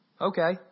Okay